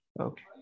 Okay